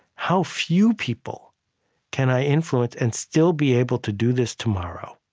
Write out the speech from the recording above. how few people can i influence and still be able to do this tomorrow?